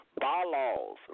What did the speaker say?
bylaws